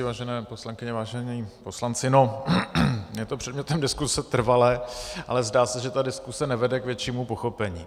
Vážené poslankyně, vážení poslanci, no je to předmětem diskuse trvale, ale zdá se, že ta diskuse nevede k většímu pochopení.